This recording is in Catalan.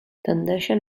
tendeixen